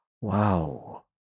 Wow